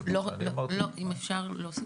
אם אפשר להוסיף.